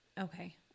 Okay